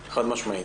חד-משמעית.